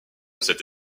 cette